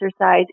exercise